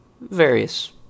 various